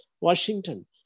Washington